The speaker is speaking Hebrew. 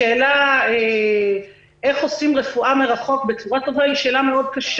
השאלה איך עושים רפואה מרחוק בצורה טובה היא שאלה קשה מאוד,